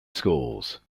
schools